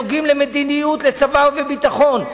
שנוגעים למדיניות, לצבא ולביטחון,